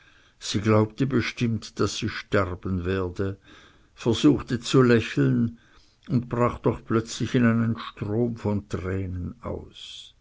sie glaubte bestimmt daß sie sterben werde versuchte zu lächeln und brach doch plötzlich in einen strom von tränen aus